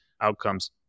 outcomes